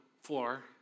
floor